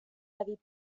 avait